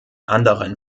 anderen